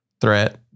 Threat